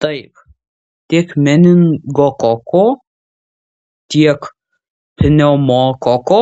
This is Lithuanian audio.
taip tiek meningokoko tiek pneumokoko